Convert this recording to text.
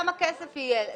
איזה הון עצמי יהיה להם?